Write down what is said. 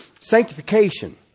sanctification